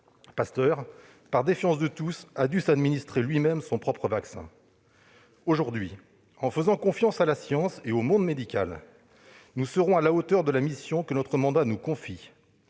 surmonter la défiance de tous, a dû s'administrer lui-même son propre vaccin. Aujourd'hui, en faisant confiance à la science et au monde médical, nous serons à la hauteur de la mission que notre mandat nous assigne,